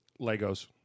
Legos